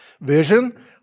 Vision